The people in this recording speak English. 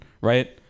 right